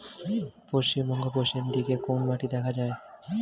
পশ্চিমবঙ্গ পশ্চিম দিকে কোন মাটি দেখা যায়?